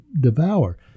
devour